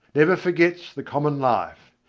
never forgets the common life.